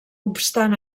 obstant